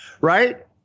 right